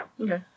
Okay